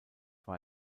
war